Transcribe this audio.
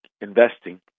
investing